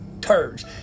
turds